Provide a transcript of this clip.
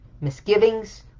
misgivings